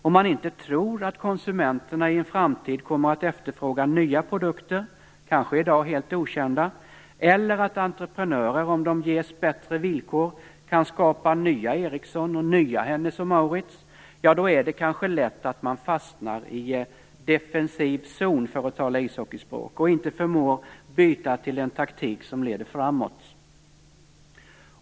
Om man inte tror att konsumenterna i en framtid kommer att efterfråga nya, kanske i dag helt okända produkter eller att entreprenörer, om de ges bättre villkor, kan skapa nya Ericsson och nya Hennes & Mauritz, så är det lätt att man fastnar i defensiv zon, för att tala ishockeyspråk. Man förmår inte byta till en taktik som leder framåt.